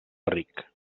ric